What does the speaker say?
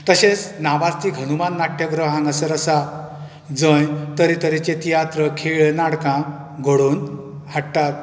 तशेंच नामास्तीक हनुमान नाट्यग्रह हांगासर आसा जंय तरेतरेचें तियात्र खेळ नाटकां घडोवन हाडात